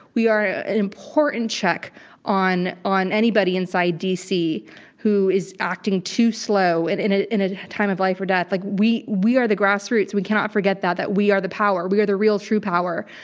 we are an important check on on anybody inside dc who is acting too slow and in ah in a time of life or death. like we, we are the grassroots. we cannot forget that, that we are the power, we are the real, true power.